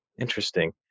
Interesting